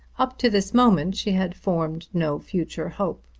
up to this moment she had formed no future hope.